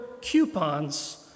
coupons